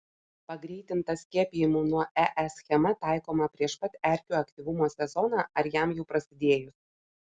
pagreitinta skiepijimų nuo ee schema taikoma prieš pat erkių aktyvumo sezoną ar jam jau prasidėjus